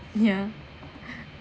yeah